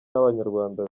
n’abanyarwanda